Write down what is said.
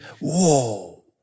Whoa